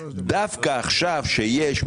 חבל שבגלל חוסר אמון,